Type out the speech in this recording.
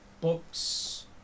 books